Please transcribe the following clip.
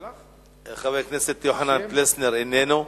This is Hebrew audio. חבר הכנסת יוחנן פלסנר איננו.